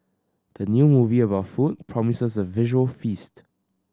the new movie about food promises a visual feast